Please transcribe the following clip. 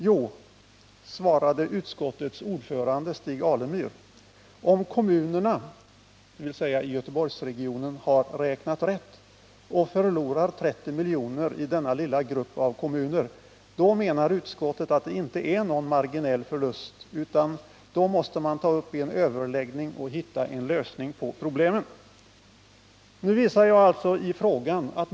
Jo, svarade utskottets ordförande Stig Alemyr: Om kommunerna — Torsdagen den dvs. i Göteborgsregionen har räknat rätt och man förlorar 30 milj.kr. enbart i 16 november 1978 denna lilla grupp av kommuner, är det enligt utskottet inte någon marginell förlust, utan då måste man ta upp en överläggning och söka hitta en lösning på problemen.